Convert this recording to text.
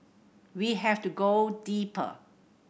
we have to go deeper